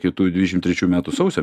kitų dvidešim trečių metų sausio